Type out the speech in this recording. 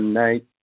night